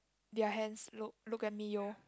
their hands look look at me yo